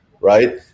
right